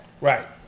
Right